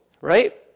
Right